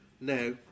Now